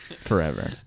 forever